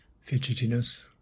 fidgetiness